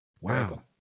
Wow